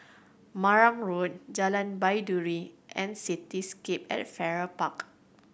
Marang Road Jalan Baiduri and Cityscape at Farrer Park